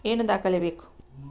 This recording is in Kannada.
ಏನು ದಾಖಲೆ ಬೇಕು?